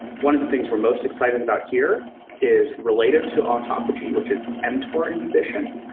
one of the things we're most excited about here is related to autophagy, which is mtor inhibition,